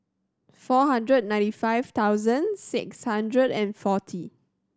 four hundred ninety five thousand six hundred and forty